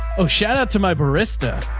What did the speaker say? oh, shout out to my barista.